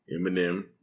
Eminem